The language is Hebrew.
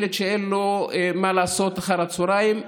ילד שאין לו מה לעשות אחר הצוהריים,